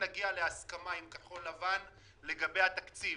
נגיע להסכמה עם כחול לבן לגבי התקציב.